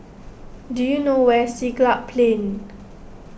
do you know where is Siglap Plain